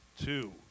two